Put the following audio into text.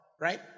right